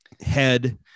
head